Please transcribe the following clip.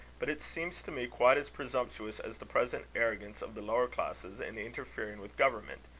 but it seems to me quite as presumptuous as the present arrogance of the lower classes in interfering with government,